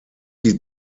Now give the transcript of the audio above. sie